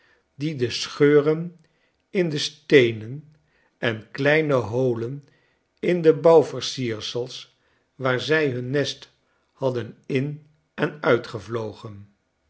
die de scheuren in de steenen en kleine holen in de bouwversiersels waar zij hun nest hadden in en uitvlogen